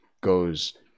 goes